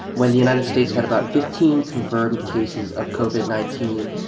when the united states had about fifteen confirmed cases of covid nineteen.